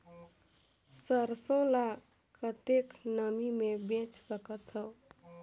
सरसो ल कतेक नमी मे बेच सकथव?